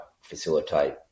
facilitate